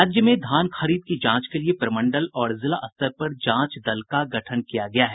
राज्य में धान खरीद की जांच के लिये प्रमंडल और जिला स्तर पर जांच दल का गठन किया गया है